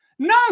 No